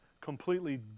completely